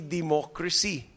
democracy